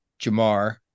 Jamar